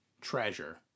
treasure